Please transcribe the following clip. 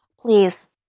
Please